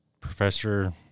professor